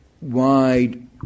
wide